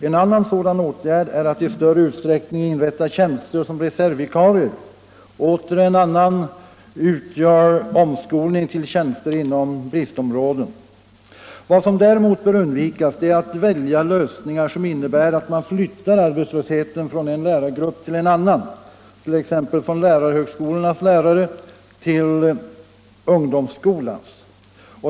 En annan sådan åtgärd är att i större utsträckning inrätta tjänster som reservvikarier. Åter en annan utgör omskolning till tjänster inom bristområden. Vad som däremot bör undvikas är att välja lösningar som innebär att man flyttar arbetslösheten från en lärargrupp till en annan, t.ex. från lärarhögskolornas lärare till ungdomsskolans.